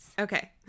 Okay